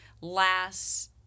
last